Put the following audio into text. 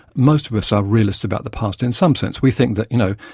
most of us are realists about the past in some sense. we think that, you know,